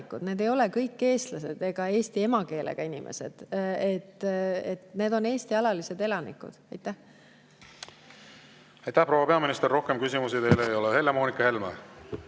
Nad ei ole kõik eestlased ega eesti emakeelega inimesed, aga nad on Eesti alalised elanikud. Aitäh, proua peaminister! Rohkem küsimusi teile ei ole. Helle-Moonika Helme,